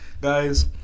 Guys